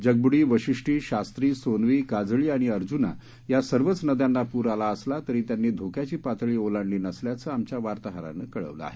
जगबुडी वाशिष्ठी शास्त्री सोनवी काजळी आणि अर्जुना या सर्वच नद्यांना पूर आला असला तरी त्यांनी धोक्याची पातळी ओलांडली नसल्याचं आमच्या वार्ताहरानं कळवलं आहे